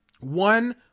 One